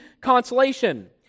consolation